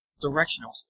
directional